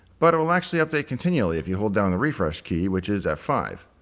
but will actually update continually if you hold down the refresh key, which is f five.